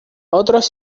otros